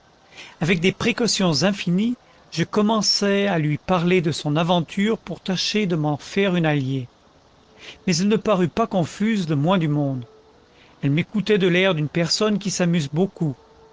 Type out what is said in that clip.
avec des précautions infinies je commençai à lui parler de son aventure pour tâcher de m'en faire une alliée mais elle ne parut pas confuse le moins du monde elle m'écoutait de l'air d'une personne qui s'amuse beaucoup